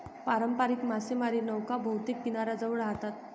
पारंपारिक मासेमारी नौका बहुतेक किनाऱ्याजवळ राहतात